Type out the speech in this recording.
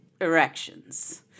erections